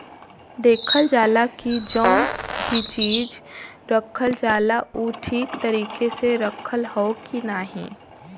देखल जाला की जौन भी चीज रखल जाला उ ठीक तरीके से रखल हौ की नाही